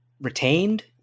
retained